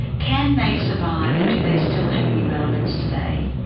can they survive and do they still have any relevance today?